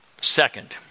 Second